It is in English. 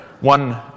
one